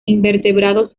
invertebrados